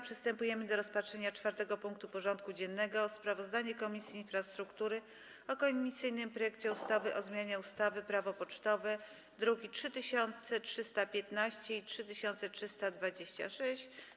Przystępujemy do rozpatrzenia punktu 4. porządku dziennego: Sprawozdanie Komisji Infrastruktury o komisyjnym projekcie ustawy o zmianie ustawy Prawo pocztowe (druki nr 3315 i 3326)